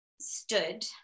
stood